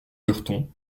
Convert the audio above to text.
lurton